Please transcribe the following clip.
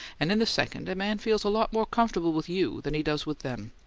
and in the second, a man feels a lot more comfortable with you than he does with them.